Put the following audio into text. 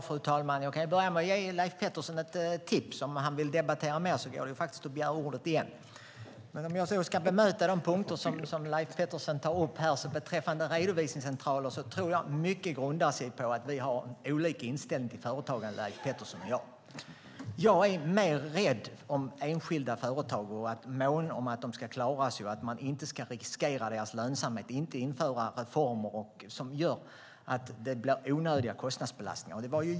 Fru talman! Jag kan börja med att ge Leif Pettersson ett tips. Om det är så att han vill debattera mer går det att begära ordet igen. Jag ska bemöta de punkter som Leif Pettersson tar upp här. Beträffande redovisningscentraler tror jag att mycket grundar sig på att vi har olika inställning till företagande, Leif Pettersson och jag. Jag är mer rädd om enskilda företag och mån om att de ska klara sig. Man ska inte riskera deras lönsamhet och inte genomföra reformer som gör att det blir onödiga kostnadsbelastningar.